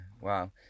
wow